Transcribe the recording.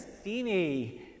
steamy